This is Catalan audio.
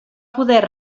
poder